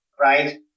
right